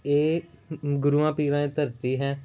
ਇਹ ਗੁਰੂਆਂ ਪੀਰਾਂ ਦੀ ਧਰਤੀ ਹੈ